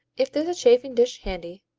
if there's a chafing dish handy,